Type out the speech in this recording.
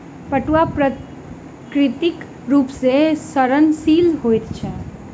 पटुआ प्राकृतिक रूप सॅ सड़नशील होइत अछि